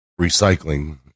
recycling